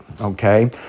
Okay